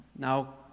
Now